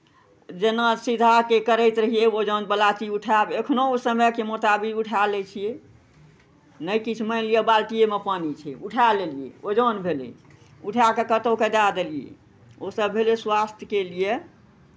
जेना सीधाके करैत रहियै ओजनवला चीज उठायब एखनहु समयके मोताबिक उठा लै छियै नहि किछु मानि लिअ बालटिएमे पानि छै उठा लेलियै ओजन भेलै उठा कऽ कतहुके दए देलियै ओसभ भेलै स्वास्थ्यके लिए